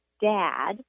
dad